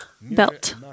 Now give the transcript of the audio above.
belt